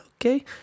Okay